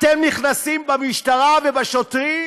אתם נכנסים במשטרה ובשוטרים?